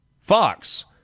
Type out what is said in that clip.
Fox